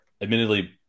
admittedly